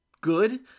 good